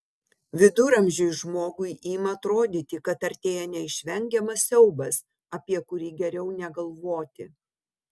viduramžiui žmogui ima atrodyti kad artėja neišvengiamas siaubas apie kurį geriau negalvoti